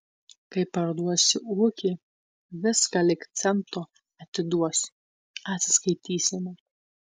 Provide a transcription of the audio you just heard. kai parduosiu ūkį viską lyg cento atiduosiu atsiskaitysime